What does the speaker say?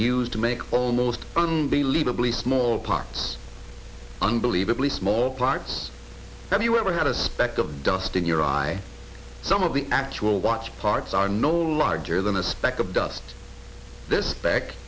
used to make almost unbelievably small parts unbelievably small parts have you ever had a speck of dust in your eye some of the actual watch parts are no larger than a speck of dust this back